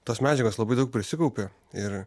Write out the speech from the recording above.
tos medžiagos labai daug prisikaupė ir